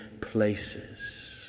places